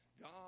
God